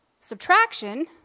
subtraction